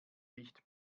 licht